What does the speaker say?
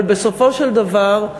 אבל בסופו של דבר,